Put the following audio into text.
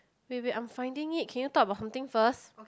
wait wait I'm finding it can you talk about something first